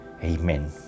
Amen